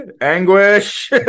Anguish